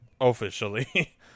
Officially